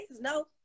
no